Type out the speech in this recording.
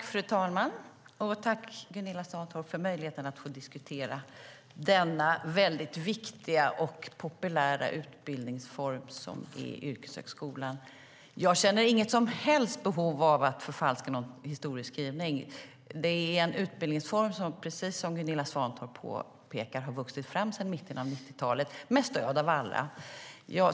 Fru talman! Tack, Gunilla Svantorp, för möjligheten att diskutera denna väldigt viktiga och populära utbildningsform som utgörs av yrkeshögskolan. Jag känner inget som helst behov av att förfalska någon historieskrivning. Det är en utbildningsform som - precis som Gunilla Svantorp påpekar - har vuxit fram sedan mitten av 1990-talt med stöd av alla.